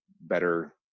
better